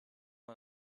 and